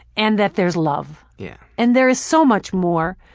and that there's love. yeah. and there's so much more,